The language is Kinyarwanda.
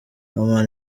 oman